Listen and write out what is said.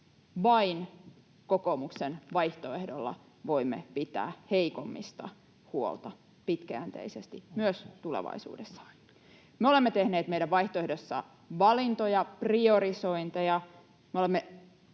Vain kokoomuksen vaihtoehdolla voimme pitää heikoimmista huolta pitkäjänteisesti myös tulevaisuudessa. Me olemme tehneet meidän vaihtoehdossamme valintoja, priorisointeja.